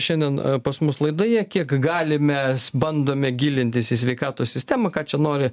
šiandien pas mus laidoje kiek galime bandome gilintis į sveikatos sistemą ką čia nori